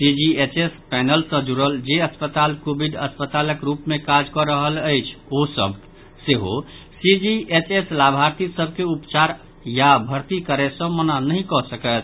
CGHS panel मे जुड़ल जे अस्पताल कोविड अस्पतालक रूप मे काज नहि कऽ रहल अछि ओ सभ सेहो सीजीएचएस लाभार्थी सभ के उपचार या भर्ती करय सॅ मना नहि कऽ सकत